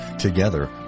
Together